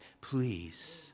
please